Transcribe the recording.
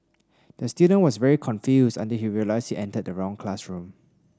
the student was very confused until he realised he entered the wrong classroom